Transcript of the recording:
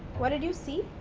what did you see?